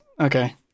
okay